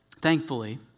Thankfully